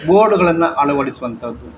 ಬೋರ್ಡುಗಳನ್ನು ಅಳವಡಿಸುವಂಥದ್ದು